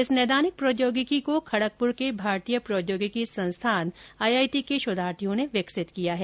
इस नैदानिक प्रैयोगिकी को खड़गपुर के भारतीय प्रैयोगिकी संस्यान आई आई टी के शोधार्थियों ने विकसित किया है